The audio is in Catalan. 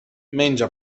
menja